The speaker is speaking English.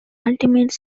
ultimate